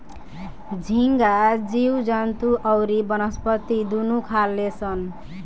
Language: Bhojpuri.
झींगा जीव जंतु अउरी वनस्पति दुनू खाले सन